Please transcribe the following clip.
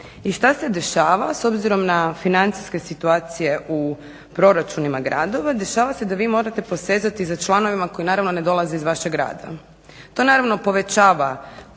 I što se dešava? S obzirom na financijske situacije u proračunima gradova dešava se da vi morate posezati za članovima koji naravno ne dolaze iz vašeg grada. To naravno povećava